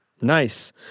Nice